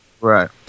Right